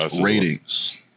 ratings